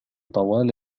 طوال